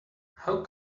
how